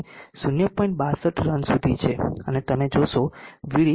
62 run સુધી છે અને તમે જોશો Vd 0